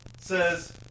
says